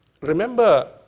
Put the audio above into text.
Remember